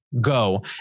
go